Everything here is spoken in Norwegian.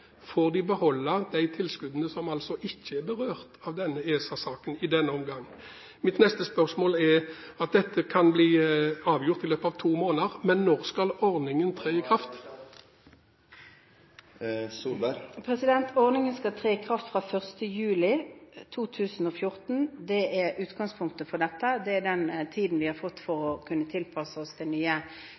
de får beholde de tilskuddene som altså ikke er berørt av denne ESA-saken i denne omgang. Mitt neste spørsmål er: Dette kan bli avgjort i løpet av to måneder, men når skal ordningen tre i kraft? Ordningen skal tre i kraft fra 1. juli 2014. Det er utgangspunktet for dette, og det er den tiden vi har fått for å kunne tilpasse oss det nye.